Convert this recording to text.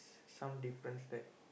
some difference there